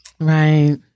Right